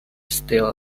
still